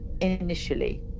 initially